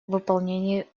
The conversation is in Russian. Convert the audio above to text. выполнении